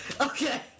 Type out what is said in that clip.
Okay